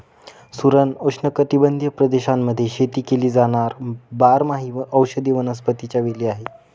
सुरण उष्णकटिबंधीय प्रदेशांमध्ये शेती केली जाणार बारमाही औषधी वनस्पतीच्या वेली आहे